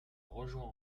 rejoint